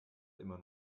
immer